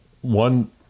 one